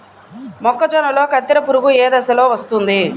మొక్కజొన్నలో కత్తెర పురుగు ఏ దశలో వస్తుంది?